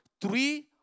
three